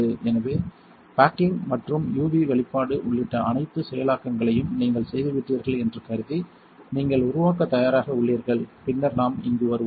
எனவே பேக்கிங் மற்றும் UV வெளிப்பாடு உள்ளிட்ட அனைத்து செயலாக்கங்களையும் நீங்கள் செய்துவிட்டீர்கள் என்று கருதி நீங்கள் உருவாக்கத் தயாராக உள்ளீர்கள் பின்னர் நாம் இங்கு வருவோம்